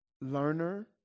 learner